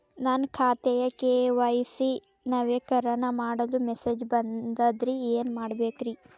ನನ್ನ ಖಾತೆಯ ಕೆ.ವೈ.ಸಿ ನವೇಕರಣ ಮಾಡಲು ಮೆಸೇಜ್ ಬಂದದ್ರಿ ಏನ್ ಮಾಡ್ಬೇಕ್ರಿ?